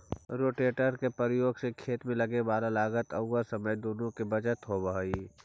rotator के प्रयोग से खेत में लगे वाला लागत औउर समय दुनो के बचत होवऽ हई